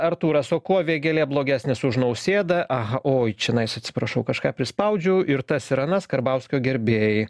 artūras o kuo vėgėlė blogesnis už nausėdą aha oi čianais atsiprašau kažką prispaudžiau ir tas ir anas karbauskio gerbėjai